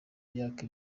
imyaka